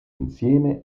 insieme